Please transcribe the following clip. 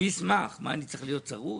אני אשמח, מה אני צריך להיות צרוד?